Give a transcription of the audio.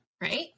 right